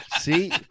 See